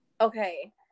Okay